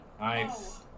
Nice